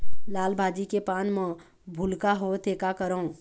लाल भाजी के पान म भूलका होवथे, का करों?